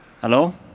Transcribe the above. Hello